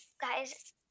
guys